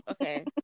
okay